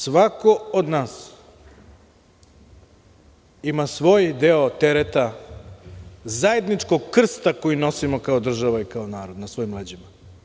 Svako od nas ima svoj deo tereta, zajedničkog krsta koji nosimo kao država i kao narod na svojim leđima.